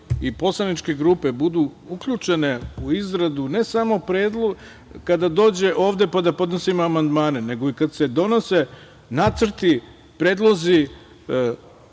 i poslaničke grupe budu uključene u izradu, ne samo predlog kada dođe ovde pa da podnosimo amandmane, nego i kada se donose nacrti, predlozi